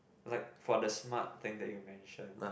like for the smart thing that you mentioned